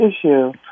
issue